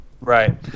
Right